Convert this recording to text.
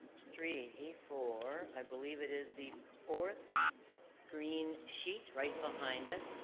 three four i believe it is the fourth green sheet right behind it